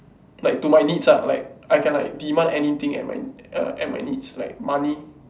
like to my needs ah like I can like demand anything at my err at my needs at my needs like money